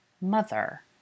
Mother